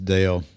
Dale